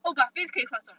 oh but face 可以化妆